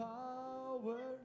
power